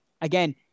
again